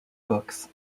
books